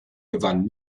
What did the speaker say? gewann